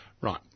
Right